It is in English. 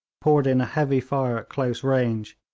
poured in a heavy fire at close range,